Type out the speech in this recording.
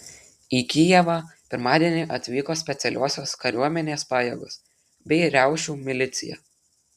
į kijevą pirmadienį atvyko specialiosios kariuomenės pajėgos bei riaušių milicija